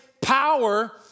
power